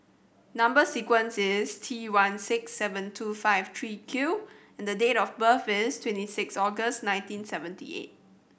number sequence is T one six seven two five three Q and date of birth is twenty six August nineteen seventy eight